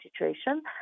situation